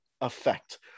effect